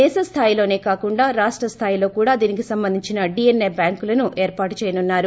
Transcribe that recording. దేశ స్థాయిలోసే కాకుండా రాష్ట్ర స్థాయిల్లో కూడా దీనికి సబంధించిన డీఎన్ఏ బ్యాంకులను ఏర్పాటు చేయనున్నారు